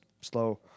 slow